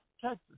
Texas